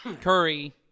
curry